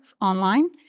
online